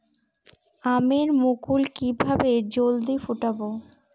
আমের মুকুল কিভাবে জলদি ফুটাব?